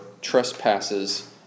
trespasses